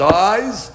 dies